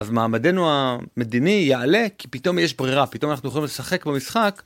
אז מעמדנו המדיני יעלה כי פתאום יש ברירה. פתאום אנחנו יכולים לשחק במשחק.